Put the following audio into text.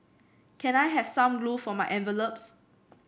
can I have some glue for my envelopes